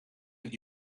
een